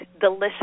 delicious